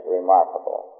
remarkable